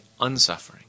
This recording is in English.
unsuffering